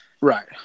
Right